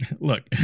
Look